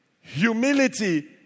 humility